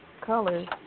colors